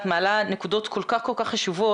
את מעלה נקודות כל כך חשובות.